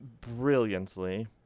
brilliantly